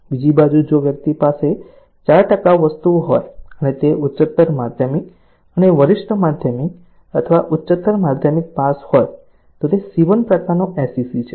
બીજી બાજુ જો વ્યક્તિ પાસે 4 ટકાઉ વસ્તુઓ હોય અને તે ઉચ્ચતર માધ્યમિક અથવા વરિષ્ઠ માધ્યમિક અથવા ઉચ્ચતર માધ્યમિક પાસ હોય તો તે C1 પ્રકારનો SEC હશે